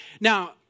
Now